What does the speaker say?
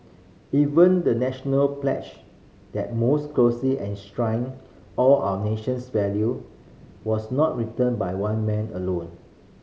even the National pledge that most closely enshrine all our nation's value was not written by one man alone